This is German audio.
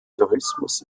tourismus